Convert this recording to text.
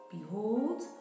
Behold